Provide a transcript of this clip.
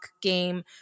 game